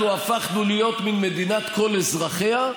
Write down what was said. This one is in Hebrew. הפכנו להיות מין מדינת כל אזרחיה,